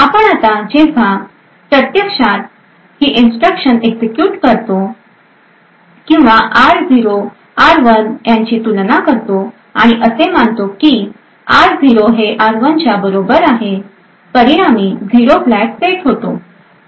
आपण आता जेव्हा आपण प्रत्यक्षात ही इन्स्ट्रक्शन एक्झिक्युट करतो किंवा r0r1 यांची तुलना करतो आणि असे मानतो की r0 हे r1च्या बरोबर आहे परिणामी 0 फ्लॅग सेट होतो